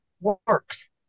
works